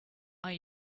are